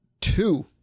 two